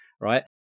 right